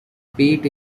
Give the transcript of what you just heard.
peat